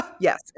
Yes